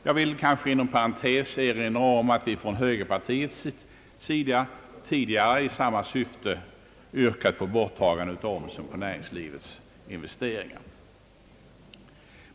Jag vill inom parentes erinra om att vi från högerpartiet tidigare i samma syfte har yrkat på borttagande av omsen på näringslivets investeringar.